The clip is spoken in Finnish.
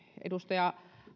edustaja